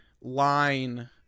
line